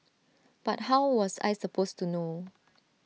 but how was I supposed to know